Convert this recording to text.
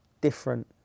Different